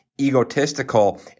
egotistical